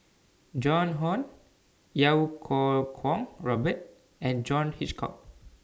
Joan Hon Iau Kuo Kwong Robert and John Hitchcock